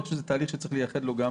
אני חושב שזה תהליך שצריך לייחד לו גם